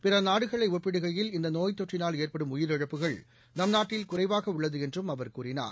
பிறநாடுகளைஒப்பிடுகையில் இந்தநோய் தொற்றினால் ஏற்படும் உயிரிழப்புகள் நம்நாட்டில் குறைவாகஉள்ளதுஎன்றும் அவர் கூறினார்